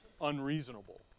unreasonable